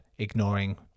ignoring